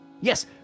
Yes